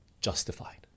justified